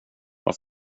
vad